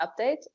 update